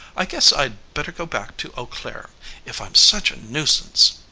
i guess i'd better go back to eau claire if i'm such a nuisance.